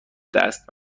دست